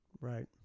Right